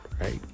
Right